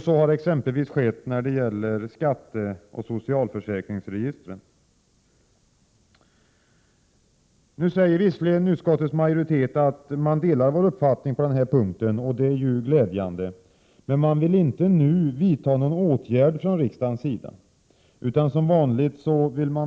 Så har exempelvis skett när det gäller skatteoch socialförsäkringsregistren. Nu säger visserligen utskottets majoritet att man delar vår uppfattning på denna punkt, och det är ju glädjande, men man vill inte nu vidta någon åtgärd från riksdagens sida utan vill som vanligt